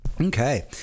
Okay